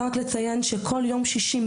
מידי יום שישי,